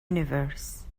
universe